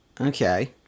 Okay